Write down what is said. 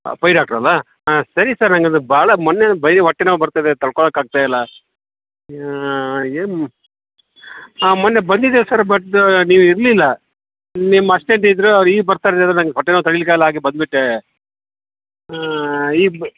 ಅಪ್ಪ ಡಾಕ್ಟ್ರನ ಹಾಂ ಸರಿ ಸರ್ ನಂಗೆ ಅದು ಭಾಳ ಮೊನ್ನೆ ಇಂದ ಬರಿ ಹೊಟ್ಟೆ ನೋವು ಬರ್ತಿದೆ ತಡ್ಕೊಳ್ಳೋಕೆ ಆಗ್ತಾಯಿಲ್ಲ ಏನು ಹಾಂ ಮೊನ್ನೆ ಬಂದಿದ್ದೀವಿ ಸರ್ ಬಟ್ ನೀವು ಇರಲಿಲ್ಲ ನಿಮ್ಮ ಅಸ್ಟೆಂಟ್ ಇದ್ರೆ ಅವ್ರು ಈಗ ಬರ್ತಾರೆ ರೀ ಅಂದ್ರೆ ನಂಗೆ ಹೊಟ್ಟೆ ನೋವು ತಡಿಲಿಕ್ಕೆ ಆಗಲಿಲ್ಲ ಹಾಗೆ ಬಂದ್ಬಿಟ್ಟೆ ಇಬ್